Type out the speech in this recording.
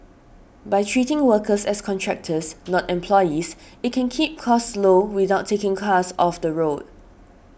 by treating workers as contractors not employees it can keep costs low without taking cars off the road